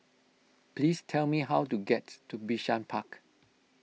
please tell me how to get to Bishan Park